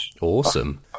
Awesome